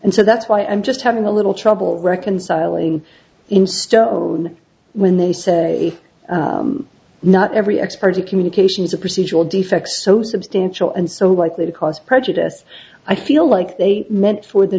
and so that's why i'm just having a little trouble reconciling in stone when they say not every expert communication is a procedural defect so substantial and so likely to cause prejudice i feel like they meant for the